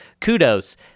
kudos